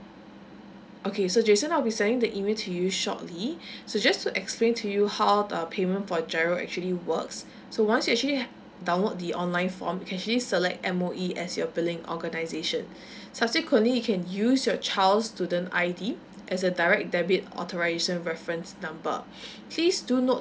okay so jasn I'll be sending the email to you shortly so just to explain to you how uh payment for G_I_R_O actually works so once you actually download the online form you can actually select M_O_E as your billing organisation subsequently you can use your child's student I_D as a direct debit authorisation reference number please do note